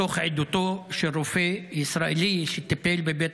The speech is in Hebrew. מתוך עדותו של רופא ישראלי שטיפל בבית